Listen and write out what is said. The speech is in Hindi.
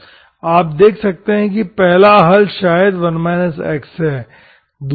आप देख सकते हैं कि पहला हल शायद 1 x है